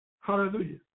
Hallelujah